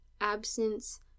absence